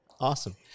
awesome